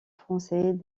français